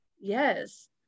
yes